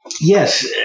Yes